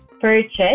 purchase